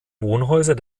wohnhäuser